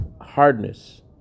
hardness